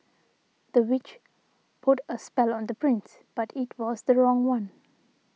the witch put a spell on the prince but it was the wrong one